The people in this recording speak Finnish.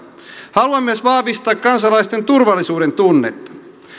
haluan myös vahvistaa kansalaisten turvallisuudentunnetta